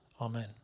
Amen